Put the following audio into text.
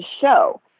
show